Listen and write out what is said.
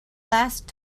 last